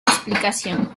explicación